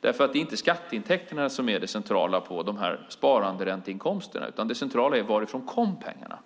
Det är nämligen inte skatteintäkterna som är det centrala på sparanderänteinkomsterna, utan det centrala är varifrån pengarna